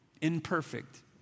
imperfect